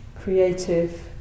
creative